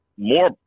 more